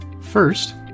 First